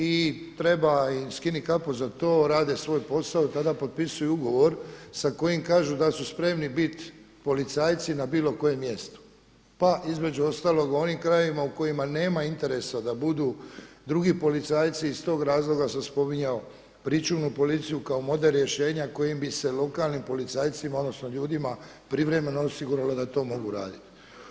I treba im skinuti kapu za to, rade svoj posao, tada potpisuju ugovor sa kojim kažu da su spremni biti policajci na bilo kojem mjestu, pa između ostalog u onim krajevima u kojima nema interesa da budu drugi policajci i iz tog razloga sam spominjao pričuvnu policiju kao model rješenja kojim bi se lokalnim policajcima odnosno ljudima privremeno osiguralo da to mogu raditi.